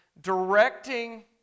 directing